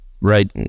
right